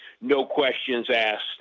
no-questions-asked